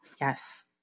yes